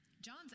John's